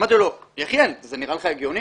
אמרתי לו, יחיאל, זה נראה לך הגיוני?